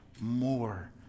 more